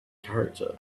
character